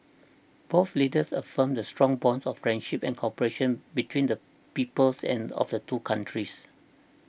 both leaders affirmed the strong bonds of friendship and cooperation between the peoples and of the two countries